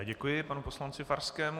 Děkuji panu poslanci Farskému.